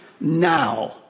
now